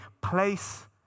place